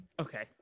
Okay